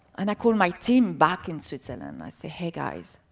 and i called my team back in switzerland and i said, hey guys,